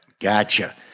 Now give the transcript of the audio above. Gotcha